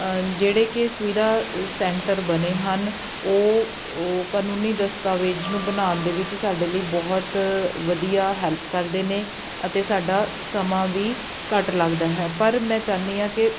ਜਿਹੜੇ ਕਿ ਸੁਵਿਧਾ ਸੈਂਟਰ ਬਣੇ ਹਨ ਉਹ ਉਹ ਕਾਨੂੰਨੀ ਦਸਤਾਵੇਜ਼ ਨੂੰ ਬਣਾਉਣ ਦੇ ਵਿੱਚ ਸਾਡੇ ਲਈ ਬਹੁਤ ਵਧੀਆ ਹੈਲਪ ਕਰਦੇ ਨੇ ਅਤੇ ਸਾਡਾ ਸਮਾਂ ਵੀ ਘੱਟ ਲੱਗਦਾ ਹੈ ਪਰ ਮੈਂ ਚਾਹੁੰਦੀ ਹਾਂ ਕਿ